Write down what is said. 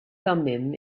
thummim